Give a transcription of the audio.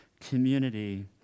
community